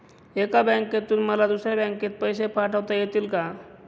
एका बँकेतून मला दुसऱ्या बँकेत पैसे पाठवता येतील का?